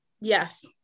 yes